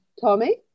Tommy